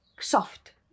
soft